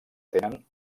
tenen